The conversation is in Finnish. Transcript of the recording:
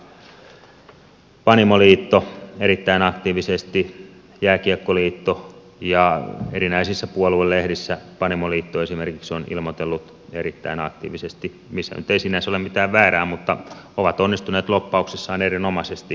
tässä pyörii panimoliitto erittäin aktiivisesti jääkiekkoliitto ja erinäisissä puoluelehdissä esimerkiksi panimoliitto on ilmoitellut erittäin aktiivisesti missä nyt ei sinänsä ole mitään väärää mutta ovat onnistuneet lobbauksessaan erinomaisesti